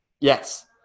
Yes